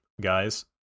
guys